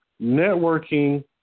networking